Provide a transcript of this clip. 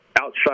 outside